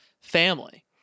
family